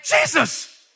Jesus